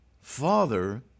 father